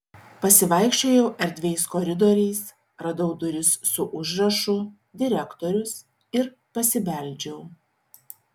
pasivaikščiojau erdviais koridoriais radau duris su užrašu direktorius ir pasibeldžiau